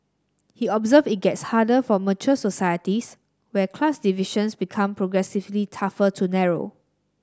he observed it gets harder for mature societies where class divisions become progressively tougher to narrow